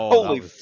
Holy